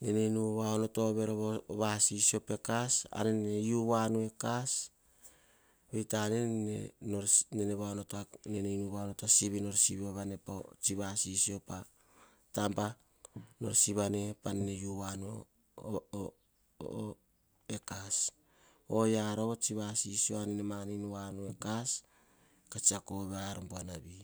ne kes va onoto rovanu o vasisio pe kas anene u voanu ekas. Nene ke va onoto nu oh vasisi pa taba nene unu kas, ka tsiako ove a ar buanavi.